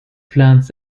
plants